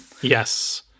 Yes